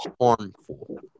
harmful